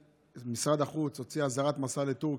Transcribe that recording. משרד החוץ הוציא אזהרת מסע לטורקיה.